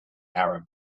arab